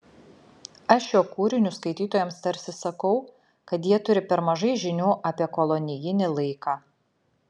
aš šiuo kūriniu skaitytojams tarsi sakau kad jie turi per mažai žinių apie kolonijinį laiką